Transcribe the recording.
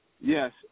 Yes